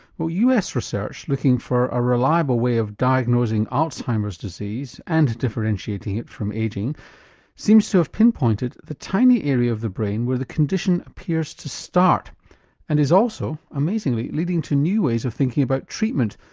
well us research looking for a reliable way of diagnosing alzheimer's disease and to differentiate it from ageing seems to have pin pointed the tiny area of the brain where the condition appears to start and is also amazingly leading to new ways of thinking about treatment,